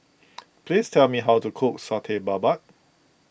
please tell me how to cook Satay Babat